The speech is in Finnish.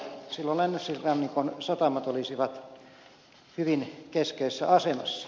silloin länsirannikon satamat olisivat hyvin keskeisessä asemassa